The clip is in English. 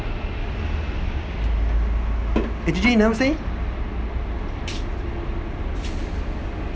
eh J_J you never say